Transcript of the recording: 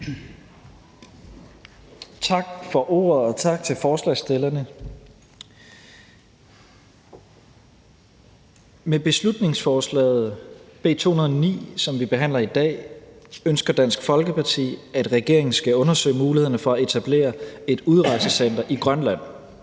Tak for ordet, og tak til forslagsstillerne. Med beslutningsforslaget B 209, som vi behandler i dag, ønsker Dansk Folkeparti, at regeringen skal undersøge mulighederne for at etablere et udrejsecenter i Grønland.